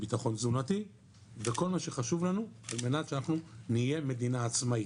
בטחון תזונתי וכל מה שחשוב לנו על מנת שאנחנו נהיה מדינה עצמאית.